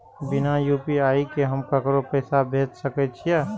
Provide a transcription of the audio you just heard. बिना यू.पी.आई के हम ककरो पैसा भेज सके छिए?